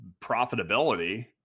profitability